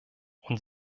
und